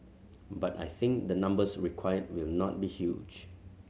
but I think the numbers required will not be huge